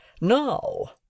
Now